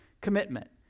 commitment